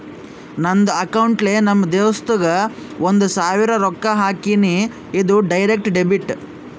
ನಂದ್ ಅಕೌಂಟ್ಲೆ ನಮ್ ದೋಸ್ತುಗ್ ಒಂದ್ ಸಾವಿರ ರೊಕ್ಕಾ ಹಾಕಿನಿ, ಇದು ಡೈರೆಕ್ಟ್ ಡೆಬಿಟ್